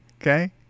okay